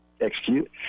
execute